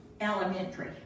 elementary